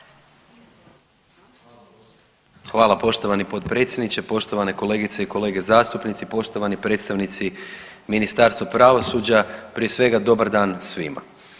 Hvala poštovani potpredsjedniče, poštovane kolegice i kolege zastupnici, poštovani predstavnici Ministarstva pravosuđa, prije svega dobar dan svima.